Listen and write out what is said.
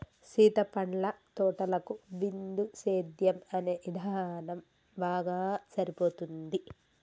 సీత పండ్ల తోటలకు బిందుసేద్యం అనే ఇధానం బాగా సరిపోతుంది